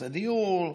חסרי דיור,